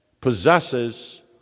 possesses